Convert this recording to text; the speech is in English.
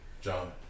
John